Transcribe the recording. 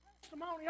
testimony